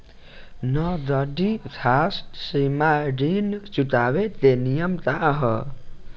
नगदी साख सीमा ऋण चुकावे के नियम का ह?